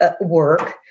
work